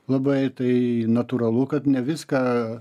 labai tai natūralu kad ne viską